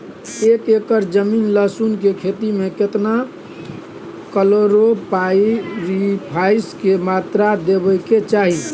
एक एकर जमीन लहसुन के खेती मे केतना कलोरोपाईरिफास के मात्रा देबै के चाही?